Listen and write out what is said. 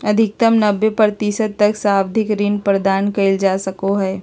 अधिकतम नब्बे प्रतिशत तक सावधि ऋण प्रदान कइल जा सको हइ